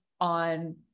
on